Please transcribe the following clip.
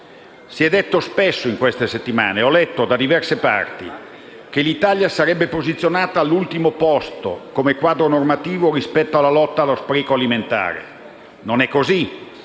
Si è detto spesso in queste settimane ed ho letto da diverse parti che l'Italia sarebbe posizionata all'ultimo posto, come quadro normativo, rispetto alla lotta allo spreco alimentare. Non è così.